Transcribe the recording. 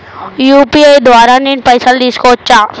UPI ద్వారా నేను పైసలు తీసుకోవచ్చా?